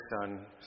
Son